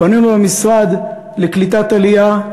פנינו למשרד לקליטת עלייה,